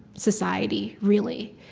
society, really.